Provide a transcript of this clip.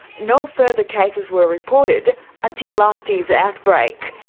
no further cases were reported until last year's outbreak.